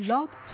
Love